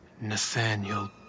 Nathaniel